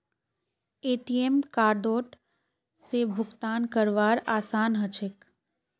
ATM कार्डओत से भुगतान करवार आसान ह छेक